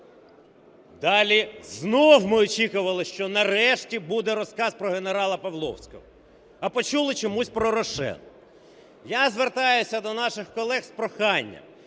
Далі знову ми очікували, що нарешті буде розказ про генерала Павловського, а почули чомусь про "Рошен". Я звертаюся до наших колег з проханням.